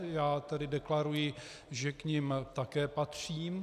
Já tedy deklaruji, že k nim také patřím.